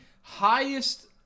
highest